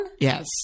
yes